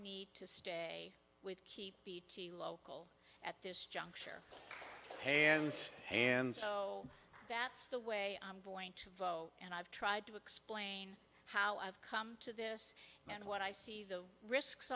need to stay with keep beattie local at this juncture and so and so that's the way i'm going to vote and i've tried to explain how i've come to this and what i see the risks